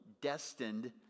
destined